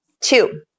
Two